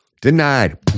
Denied